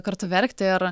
kartu verkti ir